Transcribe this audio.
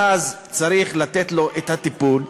ואז צריך לתת לו את הטיפול,